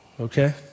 Okay